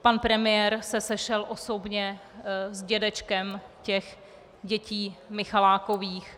Pan premiér se sešel osobně s dědečkem těch dětí Michalákových.